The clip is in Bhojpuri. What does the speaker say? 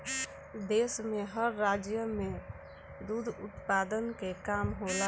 देश में हर राज्य में दुध उत्पादन के काम होला